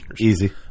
easy